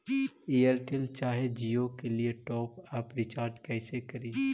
Airtel चाहे जियो के लिए टॉप अप रिचार्ज़ कैसे करी?